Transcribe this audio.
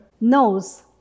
knows